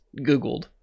Googled